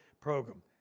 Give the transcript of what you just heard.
program